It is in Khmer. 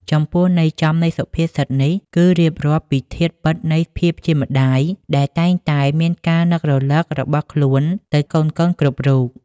ចំពោះន័យចំនៃសុភាសិតនេះ គឺរៀបរាប់ពីធាតុពិតនៃភាពជាម្តាយដែលតែងតែមានការនឹករលឹករបស់ខ្លួនទៅកូនៗគ្រប់រូប។